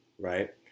right